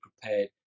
prepared